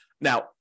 now